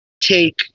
take